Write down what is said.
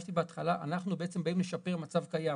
הדגשתי בהתחלה שאנחנו באים לשפר מצב קיים.